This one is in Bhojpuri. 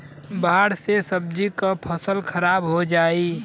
बाढ़ से सब्जी क फसल खराब हो जाई